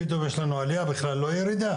פתאום יש לנו עלייה בכלל ולא ירידה.